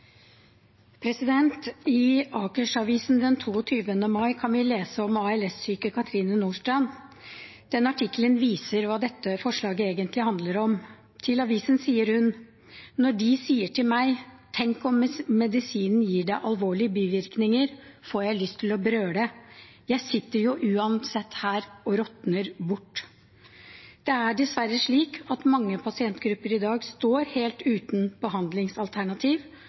I Akersposten den 22. mai kan vi lese om ALS-syke Cathrine Nordstrand. Den artikkelen viser hva dette forslaget egentlig handler om. Til avisen sier hun: «Når de sier til meg; «tenk om medisinene gir deg alvorlige bivirkninger», får jeg lyst til å brøle! Jeg sitter jo uansett her og råtner bort.» Det er dessverre slik at mange pasientgrupper i dag står helt uten behandlingsalternativ,